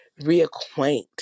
reacquaint